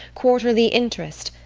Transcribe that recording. quarterly interest,